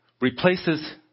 replaces